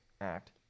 act